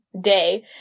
day